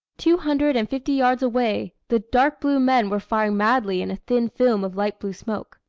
two hundred and fifty yards away, the dark blue men were firing madly in a thin film of light-blue smoke.